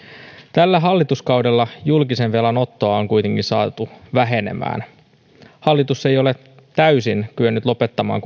tällä hallituskaudella julkisen velan ottoa on kuitenkin saatu vähennettyä hallitus ei ole kuitenkaan täysin kyennyt lopettamaan